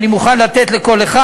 אני מוכן לתת לכל אחד.